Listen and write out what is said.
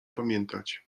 pamiętać